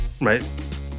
right